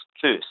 First